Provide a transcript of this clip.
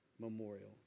Memorial